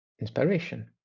inspiration